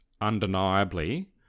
undeniably